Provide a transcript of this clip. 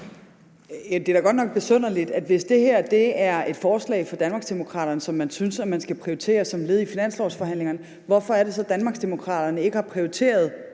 Det er da godt nok besynderligt. Hvis det her er et forslag fra Danmarksdemokraterne, som man synes man skal prioritere som led i finanslovsforhandlingerne, hvorfor har Danmarksdemokraterne så ikke prioriteret